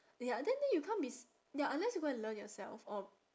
ya then then you can't be s~ ya unless you go and learn yourself or